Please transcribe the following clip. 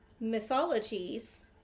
mythologies